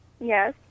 Yes